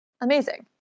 amazing